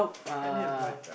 Enid-Blyton